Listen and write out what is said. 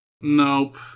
Nope